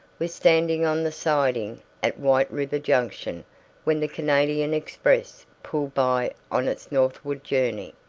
was standing on the siding at white river junction when the canadian express pulled by on its northward journey.